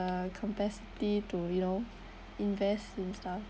uh capacity to you know invest in style